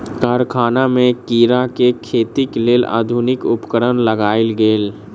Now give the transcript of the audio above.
कारखाना में कीड़ा के खेतीक लेल आधुनिक उपकरण लगायल गेल